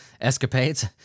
escapades